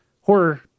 horror